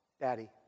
Daddy